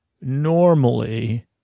normally